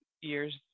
years